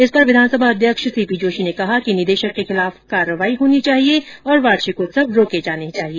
इस पर विधानसभा अध्यक्ष सी पी जोशी ने कहा कि निदेशक के खिलाफ कार्यवाही होनी चाहिए ओर वार्षिकोत्सव रोके जाने चाहिए